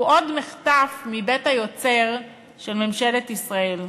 הוא עוד מחטף מבית היוצר של ממשלת ישראל,